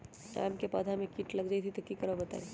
आम क पौधा म कीट लग जई त की करब बताई?